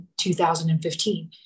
2015